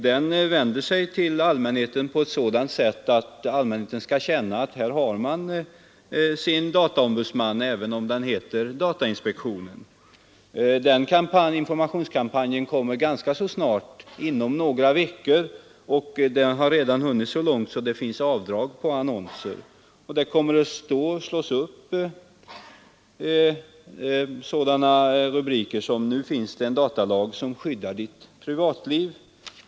Den vänder sig till allmänheten på ett sådant sätt att allmänheten skall känna att den här har sin dataombudsman, även om den heter datainspektionen. Informationskampanjen kommer att påbörjas inom några veckor, och den har redan hunnit så långt att det finns avdrag på annonser. Det kommer att slås upp sådana rubriker som ”Nu finns en datalag som skyddar ditt privatliv”.